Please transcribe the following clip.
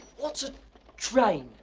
what's a train?